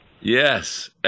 Yes